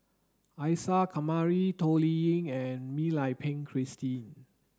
Isa Kamari Toh Liying and Mak Lai Peng Christine